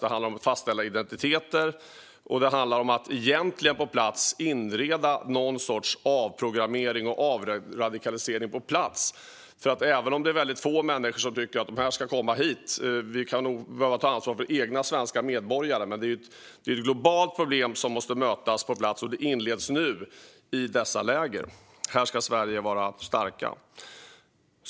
Det handlar om att fastställa identiteter, och det handlar egentligen om att på plats inleda någon sorts avprogrammering och avradikalisering. Även om det är få som tycker att de ska komma hit kan vi behöva ta ansvar för egna svenska medborgare. Men det är ett globalt problem som måste mötas på plats. Och det inleds nu, i dessa läger. Här ska Sverige vara starkt.